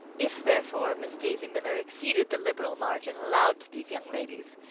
if, therefore, miss daisy miller exceeded the liberal margin allowed to these young ladies,